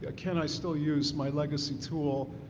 ah can i still use my legacy tool,